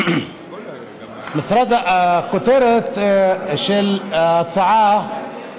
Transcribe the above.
הכותרת של ההצעה: